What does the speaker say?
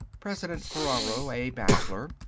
president ferraro, a bachelor,